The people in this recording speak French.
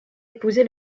épousé